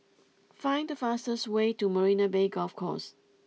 find the fastest way to Marina Bay Golf Course